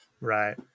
Right